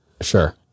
sure